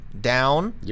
down